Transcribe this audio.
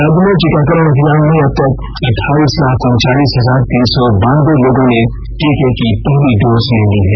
राज्य में टीकाकरण अभियान में अब तक अठाइस लाख उनचालीस हजार तीन सौ बेरानबे लोगों ने टीके की पहली डोज ले ली है